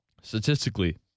Statistically